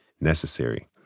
necessary